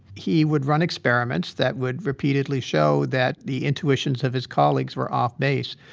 he would run experiments that would repeatedly show that the intuitions of his colleagues were off-base.